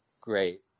great